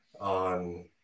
on